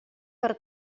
per